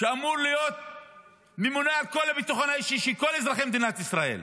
שאמור להיות ממונה על כל הביטחון האישי של כל אזרחי מדינת ישראל